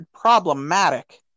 problematic